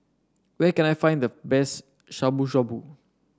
where can I find the best Shabu Shabu